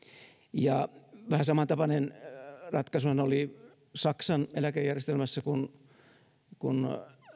ja vähän samantapainen ratkaisuhan oli saksan eläkejärjestelmässä kun kun